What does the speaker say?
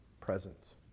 presence